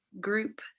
group